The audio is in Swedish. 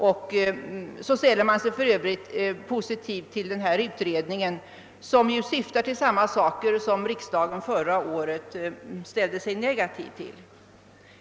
Man ställer sig för övrigt positiv till denna utredning, som ju syftar till samma åtgärder som vi motionsledes förra året föreslog men som riksdagen då stälde sig negativ till.